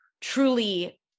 truly